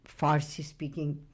Farsi-speaking